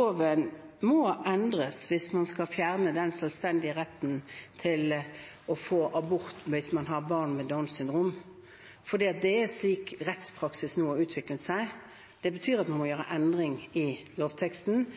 Loven må endres hvis man skal fjerne den selvstendige retten til å få abort hvis man har barn med Downs syndrom, for det er slik rettspraksisen vår har utviklet seg. Det betyr at man må gjøre endring i lovteksten